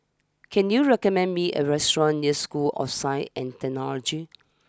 can you recommend me a restaurant near School of Science and Technology